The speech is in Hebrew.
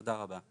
תודה רבה.